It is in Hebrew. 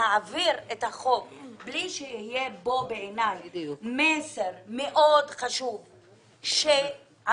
להעביר את החוק בלי שיהיה בו מסר מאוד חזק שהמחוקק